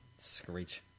Screech